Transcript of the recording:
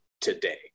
today